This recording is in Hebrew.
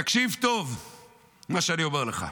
תקשיב טוב למה שאני אומר לך.